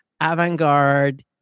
avant-garde